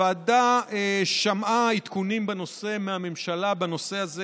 הוועדה שמעה עדכונים מהממשלה גם בנושא הזה,